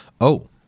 Oh